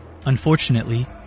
Unfortunately